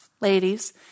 ladies